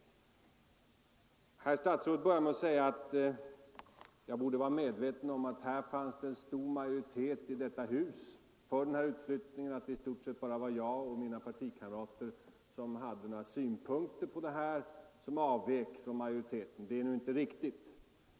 Herr statsrådet började med att säga att jag borde vara medveten om att det finns en stor majoritet i detta hus för utflyttningen och att det i stort sett bara var jag och mina partikamrater som hade några synpunkter på det här som avvek från majoritetens. Detta är inte riktigt.